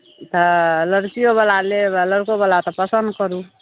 तऽ लड़किओवला लेब आओर लड़कोवला तऽ पसन्द करू